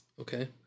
Okay